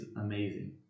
amazing